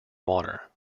water